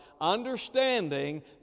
Understanding